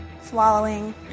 swallowing